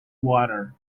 water